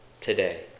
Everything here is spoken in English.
today